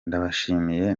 ndabashimiye